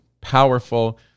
powerful